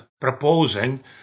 proposing